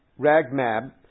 Ragmab